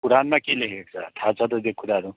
कुरानमा के लेखेको छ थाहा छ त त्यो कुराहरू